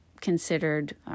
considered